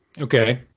okay